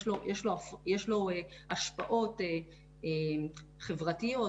יש לו השפעות חברתיות,